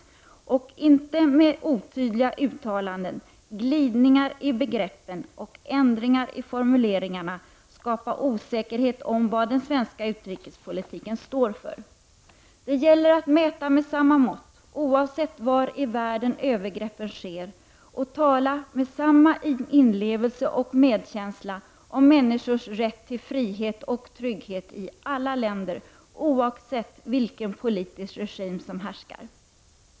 Man får inte med otydliga uttalanden, glidningar i begreppen och ändringar i formuleringarna skapa osäkerhet om vad den svenska utrikespolitiken står för. Det gäller att mäta med samma mått, oavsett var i världen övergreppen sker och tala med samma inlevelse och medkänsla om människors rätt till frihet och trygghet i alla länder, oavsett vilken politisk regim som härskar.